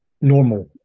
normal